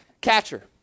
Catcher